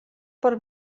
per